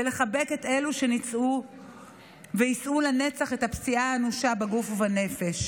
ולחבק את אלו שניצלו ויישאו לנצח את הפציעה האנושה בגוף ובנפש.